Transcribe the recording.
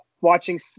watching